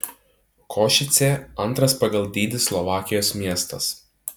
košicė antras pagal dydį slovakijos miestas